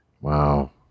Wow